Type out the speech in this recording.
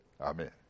amen